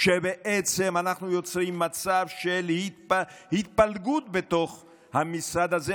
שבעצם אנחנו יוצרים מצב של התפלגות בתוך המשרד הזה,